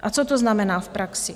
A co to znamená v praxi?